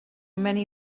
many